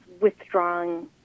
withdrawing